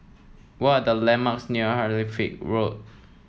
what are the landmarks near Halifax Road